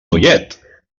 noiet